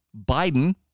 Biden